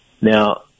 Now